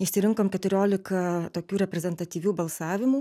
išsirinkom keturiolika tokių reprezentatyvių balsavimų